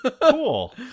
Cool